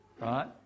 right